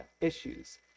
issues